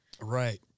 Right